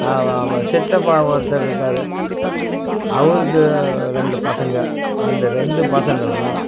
ஆமாம் ஆமாம் சித்தப்பா ஒருத்தர் இருக்கார் அவருக்கு ரெண்டு பசங்கள் அந்த ரெண்டு பசங்களும்